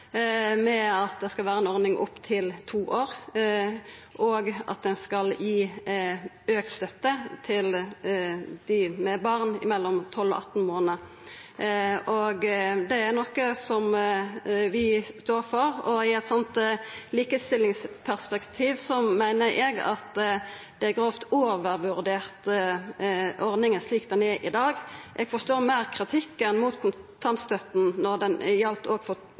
med at vi går for den ordninga som denne regjeringa òg har vidareført, at det skal vera ei ordning opp til to år, og at ein skal gi auka støtte til dei med barn mellom 12 og 18 månader. Det er noko som vi står for, og i eit slikt likestillingsperspektiv meiner eg at ordninga slik ho er i dag, er grovt overvurdert. Eg forstår meir kritikken mot kontantstøtta då ho òg gjaldt for